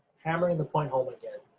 hammering the point home again,